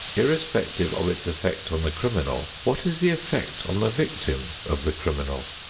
irrespective of its effect on the criminal, what is the effect on the victim of the criminal?